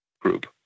group